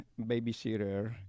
babysitter